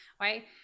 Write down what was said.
Right